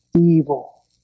evil